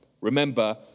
Remember